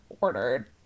ordered